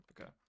Okay